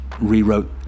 rewrote